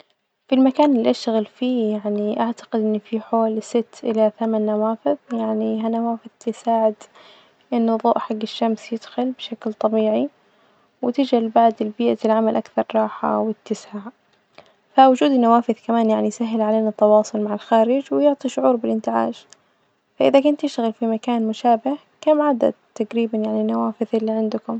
في المكان اللي أشتغل فيه يعني أعتقد إن فيه حوالي ست إلى ثمان نوافذ، يعني هالنوافذ تساعد إنه الظوء حج الشمس يدخل بشكل طبيعي، وتجعل بعد بيئة العمل أكثر راحة وإتساع، فوجود النوافذ كمان يعني يسهل علينا التواصل مع الخارج ويعطي شعور بالإنتعاش، فإذا كنت تشتغل في مكان مشابه كم عدد تجريبا يعني النوافذ اللي عندكم?